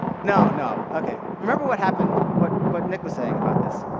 no no, okay. remember what happened, what what nick was saying about this.